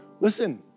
listen